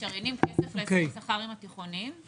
משריינים תקציב להסכם שכר עם תיכוניים?